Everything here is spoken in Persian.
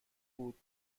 بود